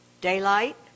daylight